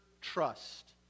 trust